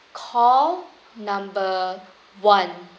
call number one